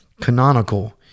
canonical